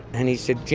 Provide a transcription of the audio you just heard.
and he said,